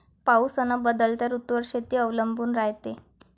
पाऊस अन बदलत्या ऋतूवर शेती अवलंबून रायते